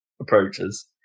approaches